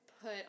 put